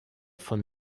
von